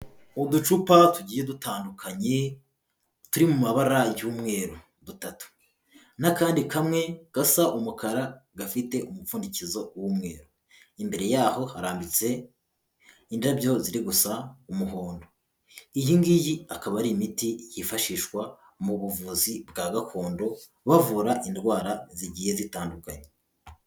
Uducupa tugiye dutandukanye, turi mu mabara y'umweru dutatu n'akandi kamwe gasa umukara gafite umupfundikizo w'umweru, imbere yaho harambitse indabyo ziri gusa umuhondo, iyi ngiyi akaba ari imiti yifashishwa mu buvuzi bwa gakondo bavura indwara zigiye zitandukanye.